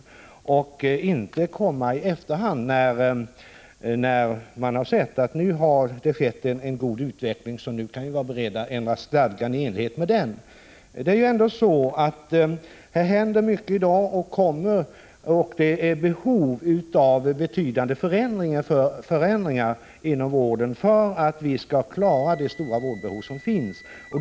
Förändringen skall inte komma i efterhand, så att man först sedan man har sett att en god utveckling ägt rum är beredd att ändra stadgan i enlighet med den. Det händer mycket i dag, och det kommer att hända mycket framöver. Därför finns det behov av betydande förändringar inom vården, så att vi klarar det stora vårdbehov som finns.